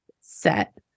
set